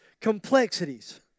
complexities